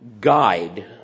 guide